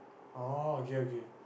oh okay okay